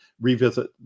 revisit